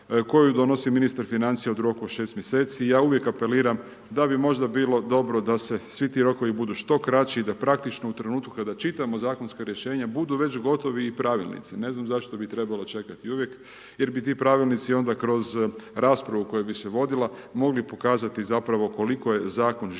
koji donosi ministar financija u roku od 6 mj., a ja uvijek apeliram da bi možda bilo dobro da svi ti rokovi budu što kraći, da praktično u trenutku kada čitamo zakonska rješenja budu već gotovi i pravilnici, ne znam zašto bi trebalo čekati jer bi ti pravilnici onda kroz raspravu koja bi se vodila, mogli pokazati zapravo koliko je zakon životan